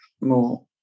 more